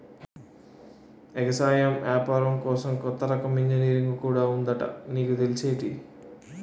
ఎగసాయం ఏపారం కోసం కొత్త రకం ఇంజనీరుంగు కూడా ఉందట నీకు తెల్సేటి?